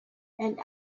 and